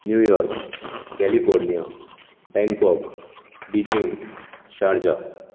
new York California Bangkok Beijing Sharjah